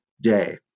day